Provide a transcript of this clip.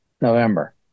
November